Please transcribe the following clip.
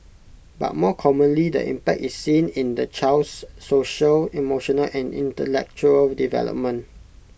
but more commonly the impact is seen in the child's social emotional and intellectual development